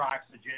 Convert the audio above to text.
oxygen